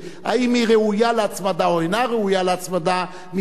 אם היא ראויה להצמדה או אינה ראויה להצמדה מבחינת טיבה,